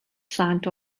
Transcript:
plant